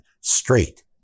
straight